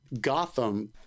Gotham